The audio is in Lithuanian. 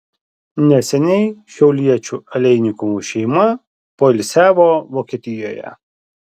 neseniai šiauliečių aleinikovų šeima poilsiavo vokietijoje